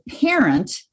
parent